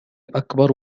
أكبر